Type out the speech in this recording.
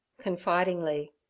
confidingly